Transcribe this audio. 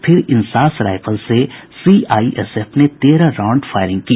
फिर इंसास राईफल से सीआईएसएफ ने तेरह राउंड फायरिंग की